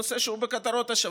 נושא שהוא בכותרות השבוע,